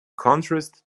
contrast